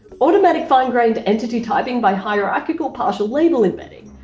automatic fine-grained entity typing by hierarchical partial-label embedding.